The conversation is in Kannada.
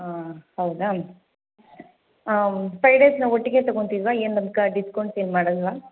ಹೌದಾ ಫೈವ್ ಡೇಸ್ ನಾವು ಒಟ್ಟಿಗೆ ತೊಗೊತಿಲ್ವಾ ಏನು ಅದ್ಕೆ ಡಿಸ್ಕೌಂಟ್ಸ್ ಏನು ಮಾಡಲ್ವಾ